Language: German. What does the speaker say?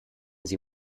sie